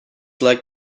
like